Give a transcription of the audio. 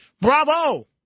bravo